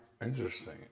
Interesting